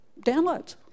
downloads